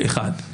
זה דבר אחד.